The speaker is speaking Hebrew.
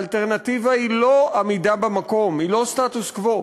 האלטרנטיבה היא לא עמידה במקום, היא לא סטטוס-קוו,